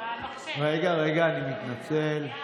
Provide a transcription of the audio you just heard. שחאדה, עאידה תומא סלימאן,